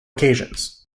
occasions